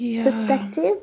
perspective